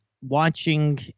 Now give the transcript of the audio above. watching